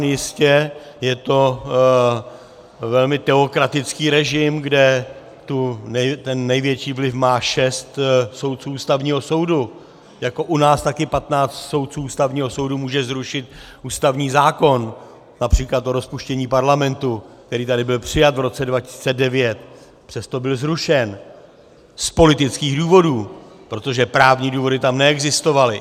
Jistě je to velmi teokratický režim, kde ten největší vliv má šest soudců Ústavního soudu, jako u nás také 15 soudců Ústavního soudu může zrušit ústavní zákon, například o rozpuštění Parlamentu, který tady byl přijat v roce 2009, přesto byl zrušen z politických důvodů, protože právní důvody tam neexistovaly.